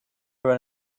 run